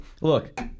Look